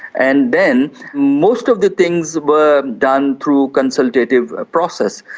and then most of the things were done through consultative process.